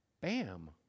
bam